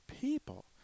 people